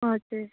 हजुर